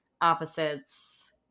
opposites